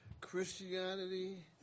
Christianity